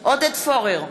עודד פורר,